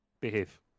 Behave